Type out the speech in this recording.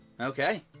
Okay